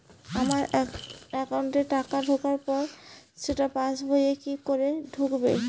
আমার একাউন্টে টাকা ঢোকার পর সেটা পাসবইয়ে কি করে উঠবে?